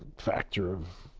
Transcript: factor of,